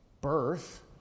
birth